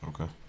Okay